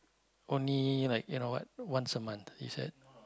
only like you know what once a month you said